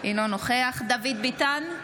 אינו נוכח דוד ביטן,